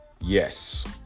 Yes